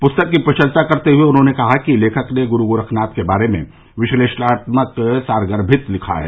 पुस्तक की प्रशंसा करते हए उन्होंने कहा कि लेखक ने गुरू गोरखनाथ के बारे में विश्लेषणात्मक सारगर्भित लिखा है